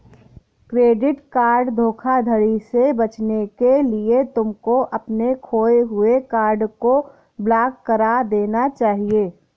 credit card धोखाधड़ी से बचने के लिए तुमको अपने खोए हुए कार्ड को ब्लॉक करा देना चाहिए